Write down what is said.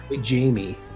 Jamie